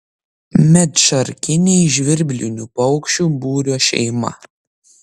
medšarkiniai žvirblinių paukščių būrio šeima